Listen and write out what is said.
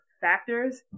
factors